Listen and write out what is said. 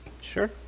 Sure